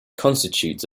constitutes